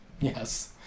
Yes